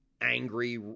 angry